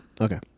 Okay